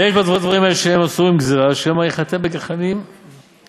"ויש בדבר זה דברים שהן אסורין גזירה שמא יחתה בגחלים בשבת."